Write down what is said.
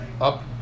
up